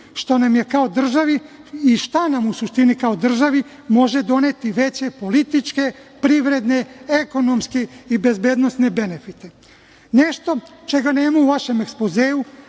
što nam je kao državi i šta nam u suštini kao državi može doneti veće političke, privredne, ekonomske i bezbednosne benefite. Nešto čega nema u vašem ekspozeu,